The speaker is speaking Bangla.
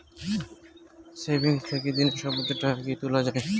সেভিঙ্গস থাকি দিনে সর্বোচ্চ টাকা কি তুলা য়ায়?